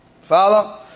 Follow